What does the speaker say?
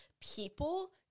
people